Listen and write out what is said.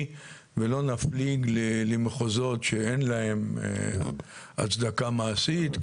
ולא נפליג למחוזות שאין להם הצדקה מעשית,